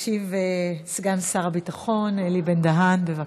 ישיב סגן שר הביטחון אלי בן-דהן, בבקשה.